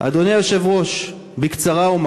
אדוני היושב-ראש, בקצרה אומר: